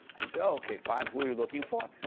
and so, okay, fine, who are you looking for?